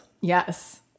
Yes